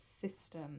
system